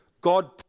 God